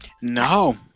No